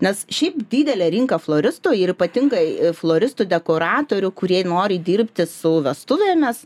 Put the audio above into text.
nes šiaip didelė rinka floristų ir ypatingai a floristų dekoratorių kurie nori dirbti su vestuvėmis